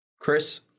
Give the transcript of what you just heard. Chris